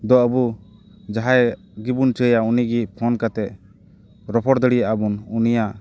ᱫᱚ ᱟᱵᱚ ᱡᱟᱦᱟᱸᱭ ᱜᱮᱵᱚᱱ ᱪᱟᱹᱭᱟ ᱩᱱᱤᱜᱮ ᱯᱷᱳᱱ ᱠᱟᱛᱮᱫ ᱨᱚᱯᱚᱲ ᱫᱟᱲᱮᱭᱟᱜᱼᱟ ᱵᱚᱱ ᱩᱱᱤᱭᱟᱜ